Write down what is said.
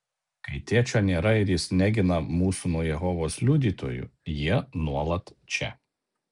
kai tėčio nėra ir jis negina mūsų nuo jehovos liudytojų jie nuolat čia